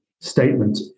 statement